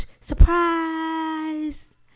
surprise